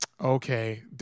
Okay